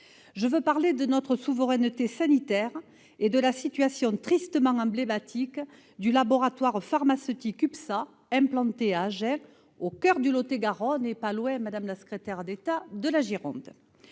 Je veux parler de notre souveraineté sanitaire et de la situation tristement emblématique du laboratoire pharmaceutique UPSA, implanté à Agen, au coeur du Lot-et-Garonne, c'est-à-dire non loin de la Gironde,